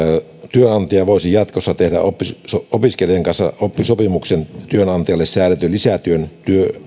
työnantaja voisi jatkossa tehdä opiskelijan kanssa oppisopimuksen työnantajalle säädetyn lisätyön